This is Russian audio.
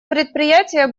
предприятие